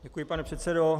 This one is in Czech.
Děkuji, pane předsedo.